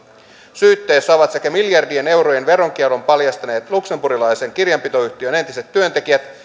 syytteessä ovat sekä miljardien eurojen veronkierron paljastaneet luxemburgilaisen kirjanpitoyhtiön entiset työntekijät